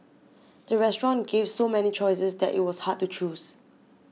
the restaurant gave so many choices that it was hard to choose